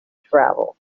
travel